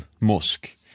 mosque